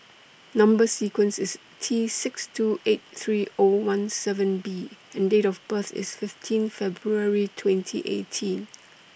Number sequence IS T six two eight three O one seven B and Date of birth IS fifteen February twenty eighteen